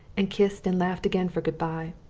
and kissed and laughed again for good-bye.